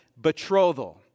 betrothal